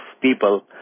people